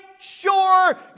sure